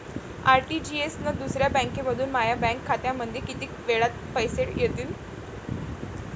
RTGS न दुसऱ्या बँकेमंधून माया बँक खात्यामंधी कितीक वेळातं पैसे येतीनं?